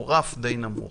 הוא רף די נמוך.